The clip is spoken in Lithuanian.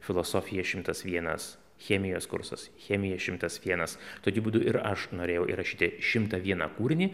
filosofija šimtas vienas chemijos kursas chemija šimtas vienas tokiu būdu ir aš norėjau įrašyti šimtą vieną kūrinį